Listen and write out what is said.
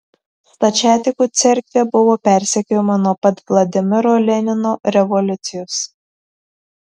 stačiatikių cerkvė buvo persekiojama nuo pat vladimiro lenino revoliucijos